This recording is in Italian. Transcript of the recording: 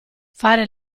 fare